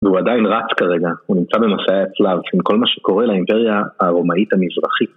והוא עדיין רץ כרגע, הוא נמצא במסעי הצלב, עם כל מה שקורה לאימפריה הרומאית המזרחית.